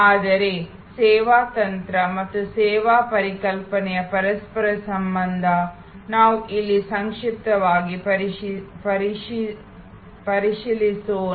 ಆದರೆ ಸೇವಾ ತಂತ್ರ ಮತ್ತು ಸೇವಾ ಪರಿಕಲ್ಪನೆಯ ಪರಸ್ಪರ ಸಂಬಂಧ ನಾವು ಇಲ್ಲಿ ಸಂಕ್ಷಿಪ್ತವಾಗಿ ಪರಿಶೀಲಿಸೋಣ